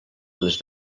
les